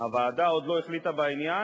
הוועדה עוד לא החליטה בעניין,